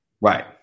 Right